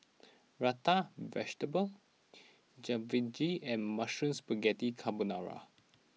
Raita Vegetable Jalfrezi and Mushroom Spaghetti Carbonara